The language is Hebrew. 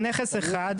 על נכס אחד.